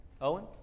Owen